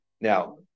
Now